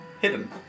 hidden